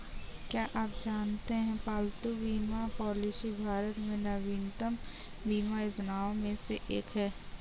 क्या आप जानते है पालतू बीमा पॉलिसी भारत में नवीनतम बीमा योजनाओं में से एक है?